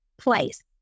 place